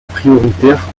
prioritaire